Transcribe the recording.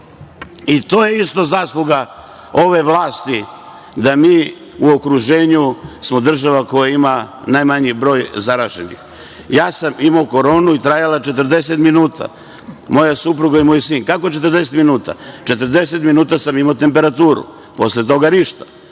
i to je isto zasluga ove vlasti, da mi u okruženju smo država koja ima najmanji broj zaraženih. Ja sam imao koronu i trajala je 40 minuta, kao i moja supruga i moj sin. Kako 40 minuta? Tako što sam 40 minuta imao temperaturu. Posle toga – ništa.